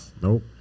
Nope